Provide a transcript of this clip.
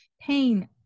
pain